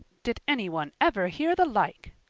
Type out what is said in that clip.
did anyone ever hear the like?